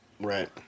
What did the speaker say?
Right